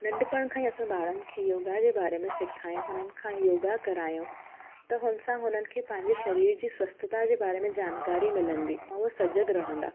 नंढपण खां ई असां ॿारनि खे योगा जे बारे में सेखारियूं हुननि खां योगा करायूं त हुन सां हुननि खे पंहिंजे शरीर जी स्वस्थता जे बारे में जानकारी मिलंदी ऐं हू सजग रहंदा